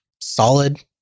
solid